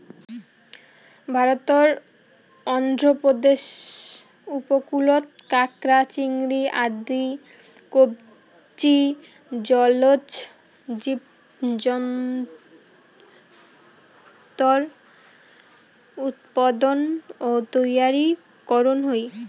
ভারতর অন্ধ্রপ্রদেশ উপকূলত কাকড়া, চিংড়ি আদি কবচী জলজ জীবজন্তুর উৎপাদন ও তৈয়ারী করন হই